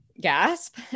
Gasp